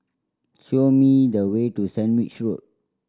show me the way to Sandwich Road